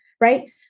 right